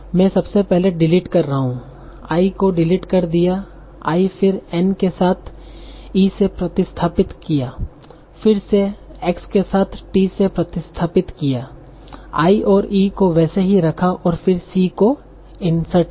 मैं सबसे पहले डिलीट कर रहा हूंI I को डिलीट कर दिया I फिर N के साथ E सेप्रतिस्थापित किया फिर से X के साथ T सेप्रतिस्थापित किया I औरE को वैसे ही रखा और फिर C को इन्सर्ट किया